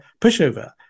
pushover